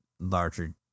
larger